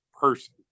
person